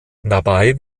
dabei